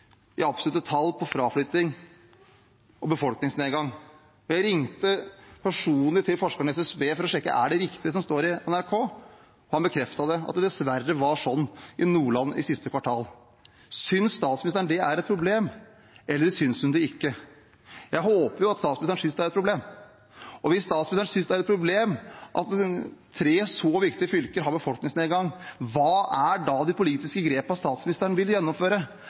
i absolutte tall når det gjelder fraflytting og befolkningsnedgang? Jeg ringte personlig til forskerne i SSB for å sjekke om det er riktig, det som står på NRK. Man bekreftet at det dessverre var sånn i Nordland i siste kvartal. Synes statsministeren det er et problem, eller synes hun ikke det? Jeg håper at statsministeren synes det er et problem. Og hvis statsministeren synes det er et problem at tre så viktige fylker har befolkningsnedgang, hva er da de politiske grepene statsministeren vil gjennomføre?